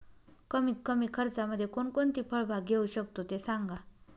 कमीत कमी खर्चामध्ये कोणकोणती फळबाग घेऊ शकतो ते सांगा